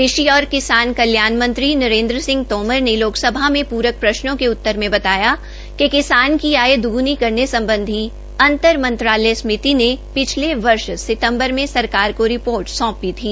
कृषि और किसान कल्याण मंत्री नरेन्द्र सिंह तोमर ने लोकसभा में प्रक प्रश्नो के उत्तर बताया कि किसान की आय दग्नी करने सम्बधी अंतर मंत्रालय समिति ने पिछले वर्ष सितम्बर में सरकार को रिपोर्ट सौंपी थी